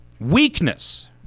Weakness